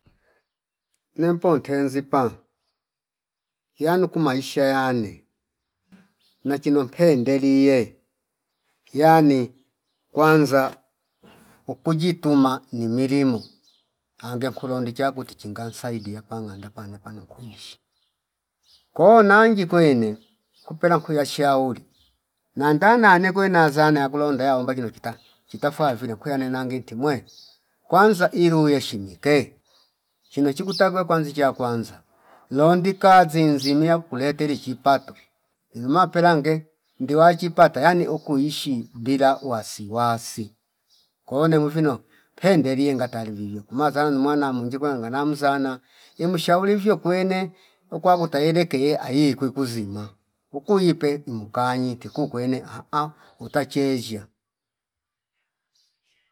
Nempo tenzi yanu kumaisha yane nachino pendelie yani kwanza ukujituma nimilimo ange nkulondi chaku tichinga nsaidia panganda pana- pana kuishi ko nanji kwene kupela nkuya shauri nanda nane kwezana yakulonda yaomba kino kita yakatfa vine kuye nange inti mwe kwanza ilu yeshimike chino chikutakwe kwanzi chia kwanza londi kazi zinziyima kuleteli chipato inuma pelange ngiwa chipata yani ukuishi bila wasiwasi ko nemevino pendelie ngatali vivyo umazanu numwa munjiko nanga namzana nimshaurivo kwene ukwa kutayeleka ayi kuzima ukuipe mukanye tikukwene ahh utachezshiya